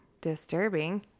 disturbing